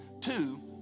Two